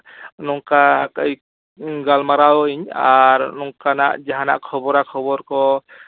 ᱱᱚᱝᱠᱟ ᱜᱟᱞᱢᱟᱨᱟᱣᱟᱹᱧ ᱟᱨ ᱱᱚᱝᱠᱟᱱᱟᱜ ᱡᱟᱦᱟᱱᱟᱜ ᱠᱷᱚᱵᱽᱨᱟ ᱠᱷᱚᱵᱚᱨ ᱠᱚ